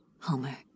Homer